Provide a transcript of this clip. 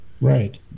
Right